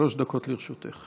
שלוש דקות לרשותך.